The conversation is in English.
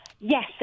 Yes